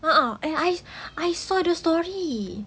uh uh I I I saw the story